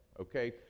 okay